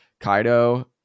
Kaido